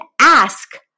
ask